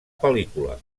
pel·lícula